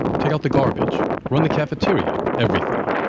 take out the garbage, run the cafeteria everything.